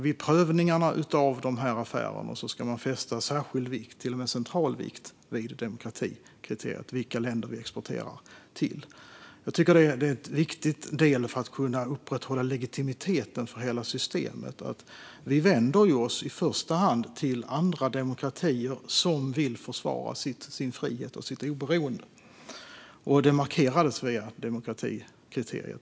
Vid prövningarna av de här affärerna ska man fästa särskild vikt, till och med central vikt, vid demokratikriteriet när det gäller vilka länder vi exporterar till. Jag tycker att det är en viktig del för att kunna upprätthålla legitimiteten för hela systemet. Vi vänder oss i första hand till andra demokratier som vill försvara sin frihet och sitt oberoende, vilket markeras via demokratikriteriet.